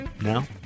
Now